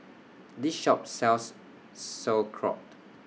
This Shop sells Sauerkraut